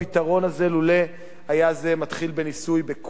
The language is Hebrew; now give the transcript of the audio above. הזה לולא היה זה מתחיל בניסוי בקופים,